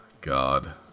God